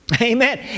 Amen